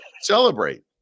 celebrate